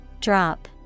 Drop